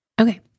Okay